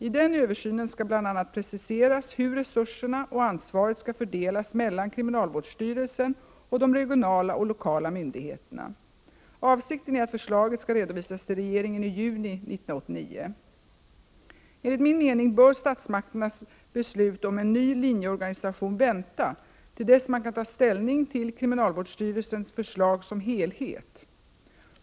I den översynen skall bl.a. preciseras hur resurserna och ansvaret skall fördelas mellan kriminalvårdsstyrelsen och de regionala och lokala myndigheterna. Avsikten är att förslaget skall redovisas till regeringen i juni 1989. Enligt min mening bör statsmakternas beslut om en ny linjeorganisation vänta till dess man kan ta ställning till kriminalvårdsstyrelsens förslag som helhet.